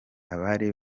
abari